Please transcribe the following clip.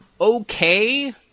okay